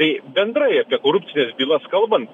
tai bendrai apie korupcines bylas kalbant